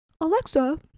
alexa